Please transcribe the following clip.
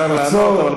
השר בחר לענות לך,